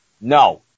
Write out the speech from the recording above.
No